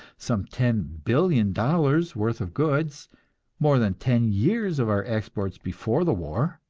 some ten billion dollars worth of goods more than ten years of our exports before the war.